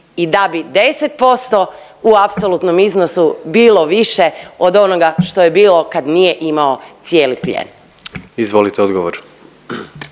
i da bi 10% u apsolutnom iznosu bilo više od onoga što je bilo kad nije imao cijeli plijen. **Jandroković,